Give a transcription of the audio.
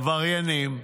עבריינים,